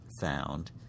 found